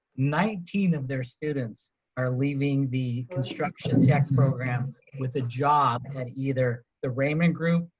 nineteen of their students are leaving the construction tech program with a job at either the raymond group,